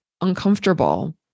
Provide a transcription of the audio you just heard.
uncomfortable